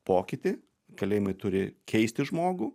pokytį kalėjimai turi keisti žmogų